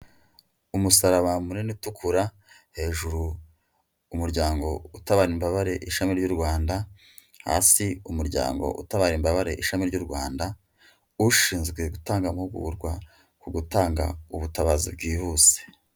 Umusaraba munini utukura hejuru, umuryango utabara imbabare ishami ry'u Rwanda hasi umuryango utabara imbabare ishami ry'u Rwanda ushinzwe gutanga amahugurwa ku gutanga ubutabazi bwihuse.